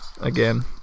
Again